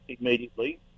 immediately